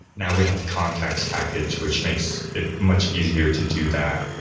now we have the context package, which makes it much easier to do that.